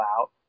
out